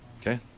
Okay